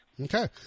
Okay